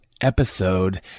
episode